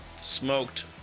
smoked